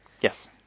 Yes